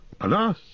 alas